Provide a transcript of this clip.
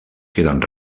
queden